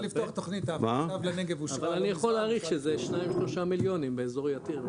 אבל אני יכול להעריך שזה שניים-שלושה מיליונים באזור יתיר,